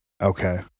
Okay